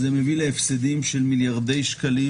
זה מביא להפסדים בסכומים של מיליארדי שקלים